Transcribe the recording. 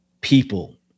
people